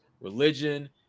religion